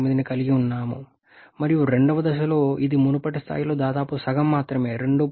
19ని కలిగి ఉన్నాము మరియు రెండవ దశలో ఇది మునుపటి స్థాయి లో దాదాపు సగం మాత్రమే 2